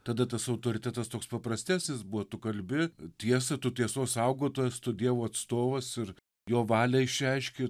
tada tas autoritetas toks paprastesnis buvo tu kalbi tiesą tu tiesos saugotojas tu dievo atstovas ir jo valią išreiški